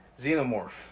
Xenomorph